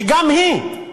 וגם היא,